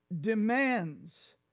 demands